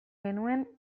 genuen